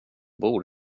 bor